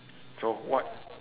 so what